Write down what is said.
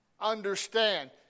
Understand